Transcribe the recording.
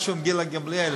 משהו עם גילה גמליאל,